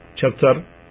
chapter